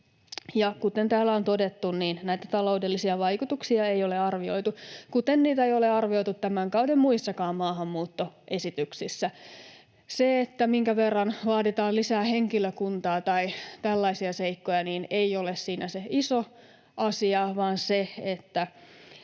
Kuten täällä on todettu, näitä taloudellisia vaikutuksia ei ole arvioitu, kuten niitä ei ole arvioitu tämän kauden muissakaan maahanmuuttoesityksissä. Se, minkä verran vaaditaan lisää henkilökuntaa tai tällaisia seikkoja, ei ole siinä se iso asia, vaan